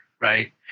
right